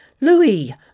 Louis